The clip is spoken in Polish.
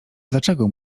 dlaczego